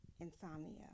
insomnia